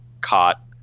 caught